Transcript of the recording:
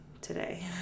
today